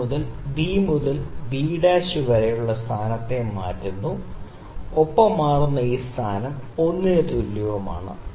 ഇത് ബി മുതൽ B dash വരെയുള്ള സ്ഥാനത്തെ മാറ്റുന്നു ഒപ്പം മാറുന്ന ഈ സ്ഥാനം നീളം l ന് തുല്യവുമാണ്